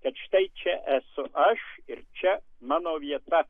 kad štai čia esu aš ir čia mano vieta